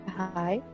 hi